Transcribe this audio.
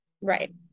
right